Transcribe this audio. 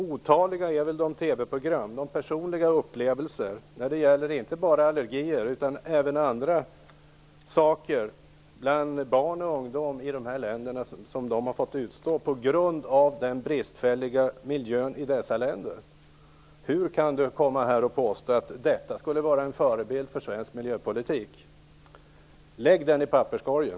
Otaliga är väl de TV-program om och de personliga upplevelser inte bara av allergier utan även av andra saker som barn och ungdom i de här länderna har fått utstå på grund av den bristfälliga miljön. Hur kan Gudrun Lindvall komma och påstå att detta skulle vara en förebild för svensk miljöpolitik? Lägg den i papperskorgen!